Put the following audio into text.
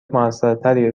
موثرتری